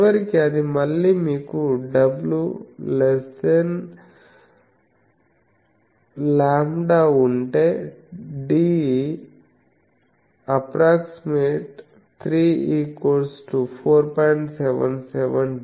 చివరికి అది మీకు మళ్ళీ w λ ఉంటే అప్పుడు D ≈ 3 4